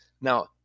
Now